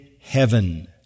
heaven